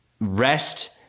rest